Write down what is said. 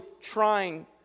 trying